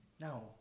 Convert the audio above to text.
No